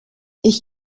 ich